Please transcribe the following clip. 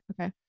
okay